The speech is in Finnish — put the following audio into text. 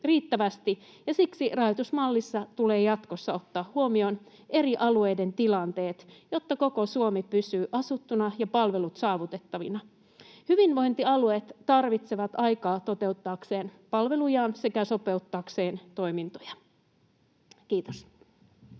riittävästi, ja siksi rahoitusmallissa tulee jatkossa ottaa huomioon eri alueiden tilanteet, jotta koko Suomi pysyy asuttuna ja palvelut saavutettavina. Hyvinvointialueet tarvitsevat aikaa toteuttaakseen palvelujaan sekä sopeuttaakseen toimintoja. — Kiitos.